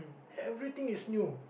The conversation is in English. everything is new